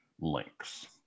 links